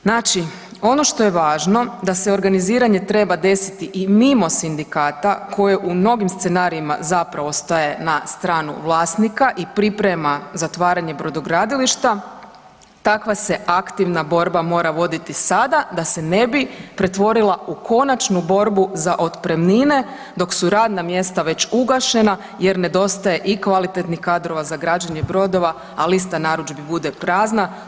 Znači ono što je važno da se organiziranje treba desiti i mimo sindikata koje u mnogim scenarijima zapravo staje na stran vlasnika i priprema zatvaranje brodogradilišta, takva se aktivna borba mora voditi sada da se ne bi pretvorila u konačnu borbu za otpremnine dok su radna mjesta već ugašena jer nedostaje i kvalitetnih kadrova za građenje brodova, a lista narudžbi bude prazna.